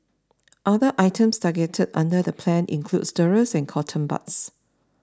other items targeted under the plan include stirrers and cotton buds